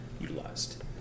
utilized